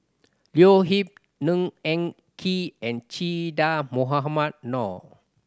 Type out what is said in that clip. Leo Yip Ng Eng Kee and Che Dah Mohamed Noor